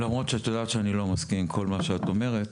למרות שאת יודעת שאני לא מסכים עם כל מה שאת אומרת,